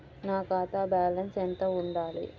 నా ఖాతా బ్యాలెన్స్ ఎంత ఉండాలి?